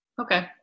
Okay